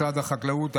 משרד החקלאות,